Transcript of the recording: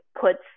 puts